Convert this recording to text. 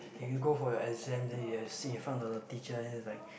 and you go for your exam then have you sit in front of the teacher then it's like